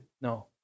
No